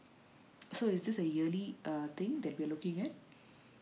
so is this a yearly err thing that we are looking at